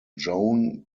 joan